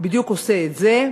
בדיוק עושה את זה,